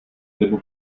nebo